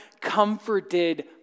comforted